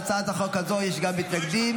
להצעת החוק הזו יש גם מתנגדים.